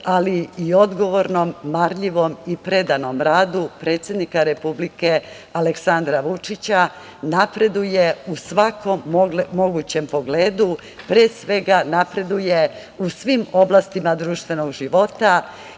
ali i odgovornom, marljivom i predanom radu predsednika Republike Aleksandra Vučića napreduje u svakom moguće pogledu, pre svega napreduje u svim oblastima društvenog života.